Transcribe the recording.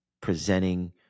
presenting